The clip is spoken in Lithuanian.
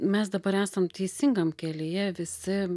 mes dabar esam teisingam kelyje visi